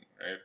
right